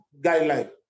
guideline